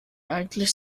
eigentlich